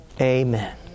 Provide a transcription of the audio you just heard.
amen